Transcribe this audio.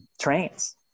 trains